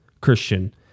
Christian